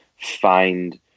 find